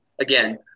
Again